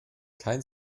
kein